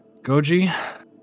Goji